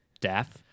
deaf